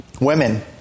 Women